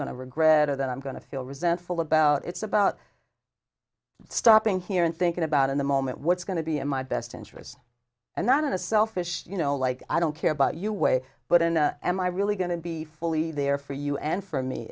going to regret or that i'm going to feel resentful about it's about stopping here and thinking about in the moment what's going to be in my best interest and not in a selfish you know like i don't care about you way but in am i really going to be fully there for you and for me